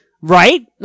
Right